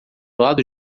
lado